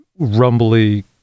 rumbly